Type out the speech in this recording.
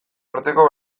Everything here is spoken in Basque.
arteko